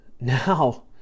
now